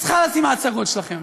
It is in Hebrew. אז חלאס עם ההצגות שלכם.